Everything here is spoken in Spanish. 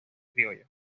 criollos